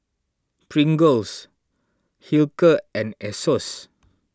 Pringles Hilker and Asos